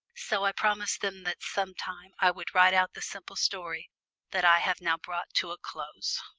so i promised them that sometime i would write out the simple story that i have now brought to a close.